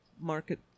market